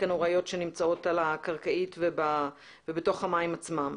הנוראיות שנמצאות על הקרקעית ובתוך המים עצמם.